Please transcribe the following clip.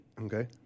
Okay